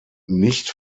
nicht